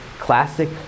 classic